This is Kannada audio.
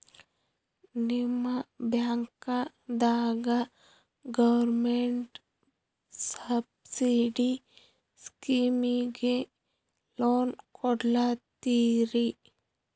ನಿಮ ಬ್ಯಾಂಕದಾಗ ಗೌರ್ಮೆಂಟ ಸಬ್ಸಿಡಿ ಸ್ಕೀಮಿಗಿ ಲೊನ ಕೊಡ್ಲತ್ತೀರಿ?